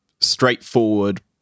straightforward